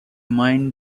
mind